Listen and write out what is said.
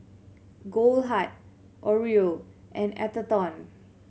Goldheart Oreo and Atherton